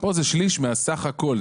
פה זה שליש מסך הכל.